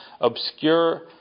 obscure